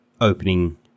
opening